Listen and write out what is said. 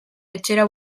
etxera